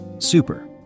Super